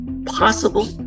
possible